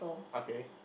okay